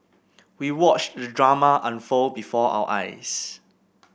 we watched the drama unfold before our eyes